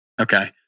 Okay